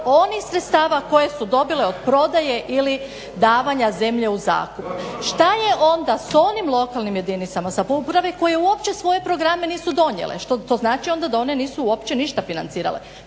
onih sredstava koje su dobile od prodaje ili davanja zemlje u zakup. Što je onda s onim lokalnim jedinicama samouprave koje uopće svoje programe nisu donijele? Što to znači onda da one nisu uopće ništa financirale?